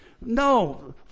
no